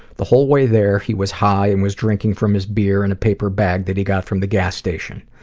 the whole way there he was high, and he was drinking from his beer in a paper bag that he got from the gas station.